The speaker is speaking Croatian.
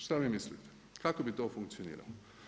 Što vi mislite kako bi to funkcioniralo?